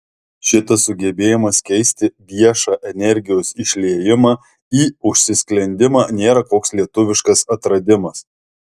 šitas sugebėjimas keisti viešą energijos išliejimą į užsisklendimą nėra koks lietuviškas atradimas